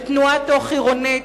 בתנועה תוך-עירונית,